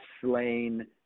slain